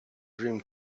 dream